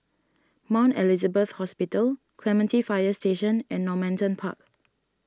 Mount Elizabeth Hospital Clementi Fire Station and Normanton Park